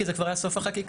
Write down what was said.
כי זה כבר היה סוף החקיקה.